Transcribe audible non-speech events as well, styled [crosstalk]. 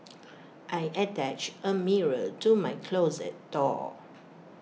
[noise] I attached A mirror to my closet door